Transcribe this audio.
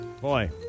Boy